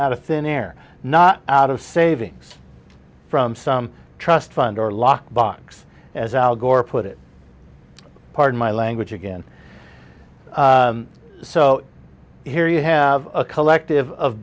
out of thin air not out of savings from some trust fund or lockbox as al gore put it pardon my language again so here you have a collective of